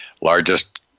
largest